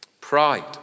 Pride